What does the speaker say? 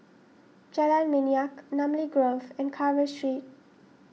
Jalan Minyak Namly Grove and Carver Street